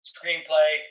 Screenplay